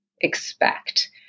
expect